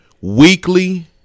weekly